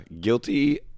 guilty